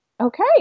Okay